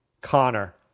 Connor